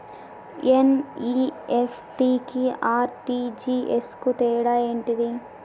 NEFT కి RTGS కు తేడా ఏంటిది?